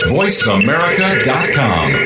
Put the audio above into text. voiceamerica.com